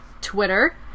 Twitter